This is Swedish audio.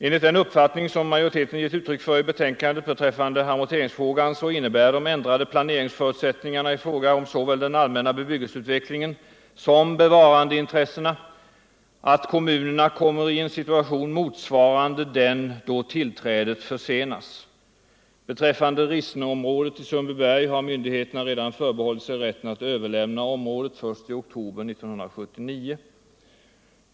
Enligt den uppfattning som majoriteten ger uttryck för i betänkandet beträffande den här amorteringsfrågan innebär de ändrade planeringsförutsättningarna i fråga om såväl den allmänna bebyggelseutvecklingen som bevarandeintressena att kommunerna kommer i en situation motsvarande den då tillträdet försenas. Beträffande Rissneområdet i Sundbyberg har myndigheterna redan förbehållit sig rätten att överlämna området först i oktober 1979.